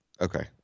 okay